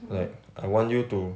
like I want you to